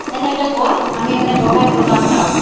তেনেকৈ গৈ আমি মানে গোসাঁই বনোৱা চাওঁ